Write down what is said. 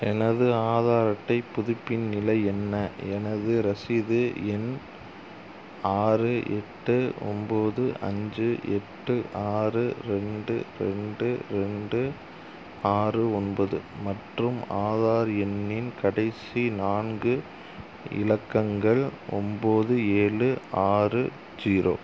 எனது ஆதார் அட்டை புதுப்பின் நிலை என்ன எனது ரசீது எண் ஆறு எட்டு ஒம்பது அஞ்சு எட்டு ஆறு ரெண்டு ரெண்டு ரெண்டு ஆறு ஒன்பது மற்றும் ஆதார் எண்ணின் கடைசி நான்கு இலக்கங்கள் ஒம்பது ஏழு ஆறு ஜீரோ